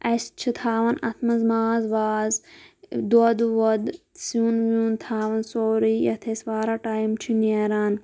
اَسہِ چھِ تھاوُن اتھ منٛز ماز واز دۄد وۄد سیُن ویُن تھاون سورٕے یَتھ أسۍ واریاہ ٹایِم چھُ نیران